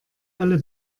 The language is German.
alle